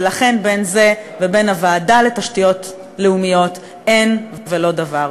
ולכן בין זה ובין הוועדה לתשתיות לאומיות אין ולא דבר.